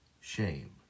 shame